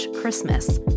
Christmas